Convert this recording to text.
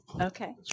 Okay